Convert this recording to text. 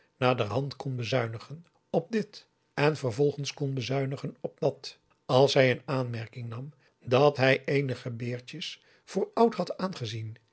naderhand kon bezuinigen op dit en vervolgens kon bezuinigen op dat als hij in aanmerking nam dat hij eenige beertjes voor oud had aangezien